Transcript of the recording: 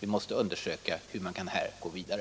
Vi måste undersöka hur man här kan gå vidare.